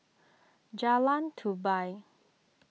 Jalan Tupai